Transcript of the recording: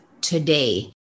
today